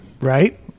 Right